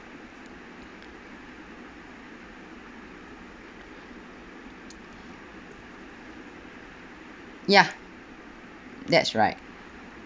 ya that's right